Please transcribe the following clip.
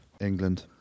England